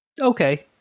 Okay